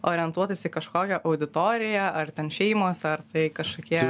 orientuotas į kažkokią auditoriją ar ten šeimos ar tai kažkokie